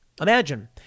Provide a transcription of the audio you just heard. Imagine